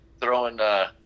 throwing